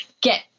get